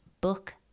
book